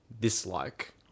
dislike